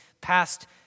past